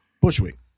bushwick